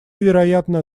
вероятно